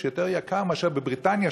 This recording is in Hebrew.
יותר ביוקר מאשר בבריטניה,